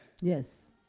Yes